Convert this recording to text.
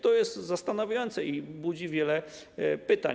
To jest zastanawiające i budzi wiele pytań.